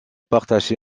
partagé